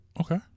Okay